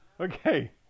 Okay